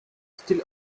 still